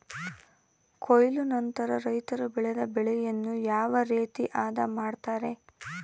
ಕೊಯ್ಲು ನಂತರ ರೈತರು ಬೆಳೆದ ಬೆಳೆಯನ್ನು ಯಾವ ರೇತಿ ಆದ ಮಾಡ್ತಾರೆ?